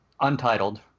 Untitled